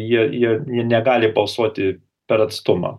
jie jie jie negali balsuoti per atstumą